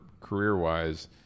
career-wise